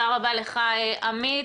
תודה רבה לך, עמית.